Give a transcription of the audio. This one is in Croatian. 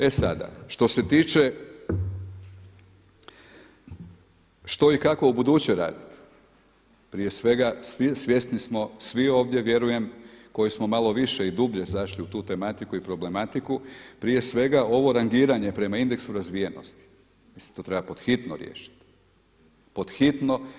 E sada, što se tiče što i kako u buduće raditi, prije svega svjesni smo svi ovdje vjerujem koji smo malo više i dublje zašli u tu tematiku i problematiku prije svega ovo rangiranje prema indeksu razvijenosti, mislim to treba pod hitno riješiti, pod hitno.